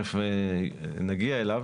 שתיכף נגיע אליו